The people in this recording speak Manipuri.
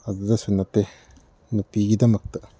ꯑꯗꯨꯗꯁꯨ ꯅꯠꯇꯦ ꯅꯨꯄꯤꯒꯤꯗꯃꯛꯇ